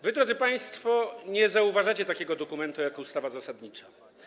Wy, drodzy państwo, nie zauważacie takiego dokumentu jak ustawa zasadnicza.